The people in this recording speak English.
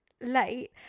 late